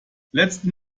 letzten